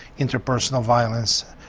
interpersonal violence,